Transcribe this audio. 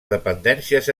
dependències